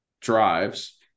drives